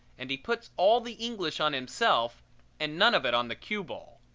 and he puts all the english on himself and none of it on the cue ball.